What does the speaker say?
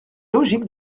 logique